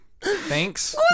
Thanks